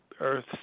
Earth